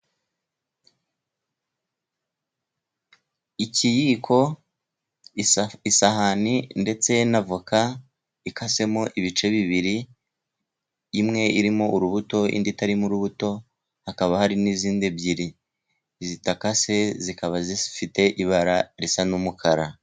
Ikiyiko, isahani, ndetse na avoka ikasemo ibice bibiri, imwe irimo urubuto, indi itarimo urubuto, hakaba hari n'izindi ebyiri zidakase, zikaba zifite ibara risa n'umukara.